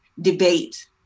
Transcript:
debate